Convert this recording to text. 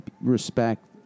respect